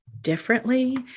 differently